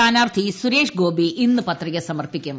സ്ഥാനാർത്ഥി സുരേഷ് ഗോപി ഇന്ന് പത്രിക സമർപ്പിക്കും